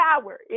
power